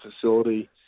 facility